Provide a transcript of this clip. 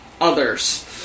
others